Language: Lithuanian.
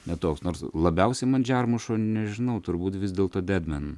ne toks nors labiausiai man džermušo nežinau turbūt vis dėlto ded men